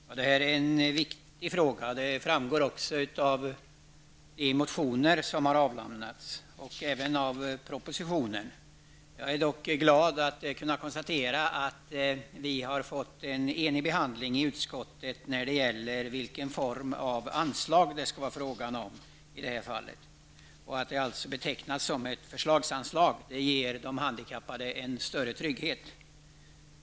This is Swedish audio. Herr talman! Det här är en viktig fråga. Det framgår också av de motioner som har väckts och av propositionen. Jag är dock glad över att kunna konstatera att vi har varit eniga i utskottet om vilken form av anslag det skall vara fråga om i detta fall. Att det betecknas som ett förslagsanslag ger de handikappade en större trygghet.